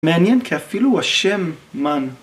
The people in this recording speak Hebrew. מעניין כי אפילו השם מן.